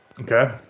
Okay